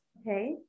Okay